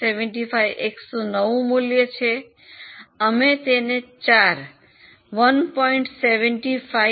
75 x નું નવું મૂલ્ય છે અમે તેને 4 1